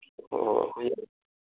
ꯑꯣ